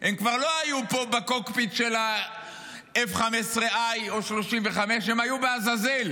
כבר לא היו פה בקוקפיט של ה-F-15I או F-35. הם היו בעזאזל,